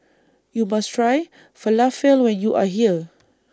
YOU must Try Falafel when YOU Are here